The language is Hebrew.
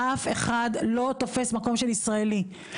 אף אחד לא תופס מקום של ישראלי.